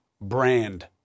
brand